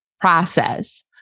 process